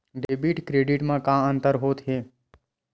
Debit credit मा का अंतर होत हे?